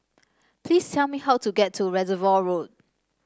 please tell me how to get to Reservoir Road